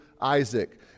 Isaac